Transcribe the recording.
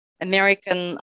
American